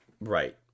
right